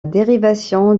dérivation